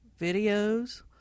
videos